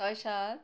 ছয় সাত